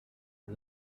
and